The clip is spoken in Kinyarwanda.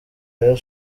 rayon